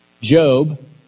Job